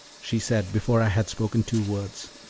she said, before i had spoken two words.